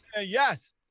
Yes